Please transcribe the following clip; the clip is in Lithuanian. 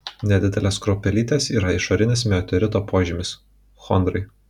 nedidelės kruopelytės yra išorinis meteorito požymis chondrai